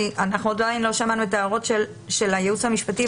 עדיין לא שמענו את ההערות של הייעוץ המשפטי,